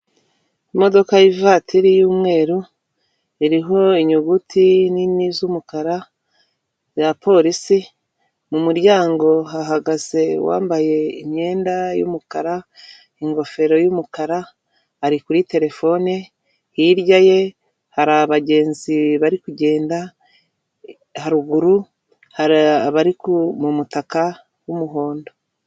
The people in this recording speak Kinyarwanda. Imodoka y'ivatiri y'umweru, iriho inyuguti nini z'umukara za polisi, mu muryango hahagaze uwambaye imyenda y'umukara, ingofero y'umukara ari kuri telefone, hirya ye hari abagenzi bari kugenda, haruguru hari abari mu mutaka w'umuhondo.